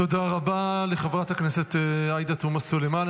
תודה רבה לחברת הכנסת עאידה תומא סלימאן.